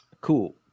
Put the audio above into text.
Cool